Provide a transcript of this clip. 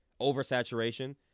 oversaturation